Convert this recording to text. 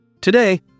Today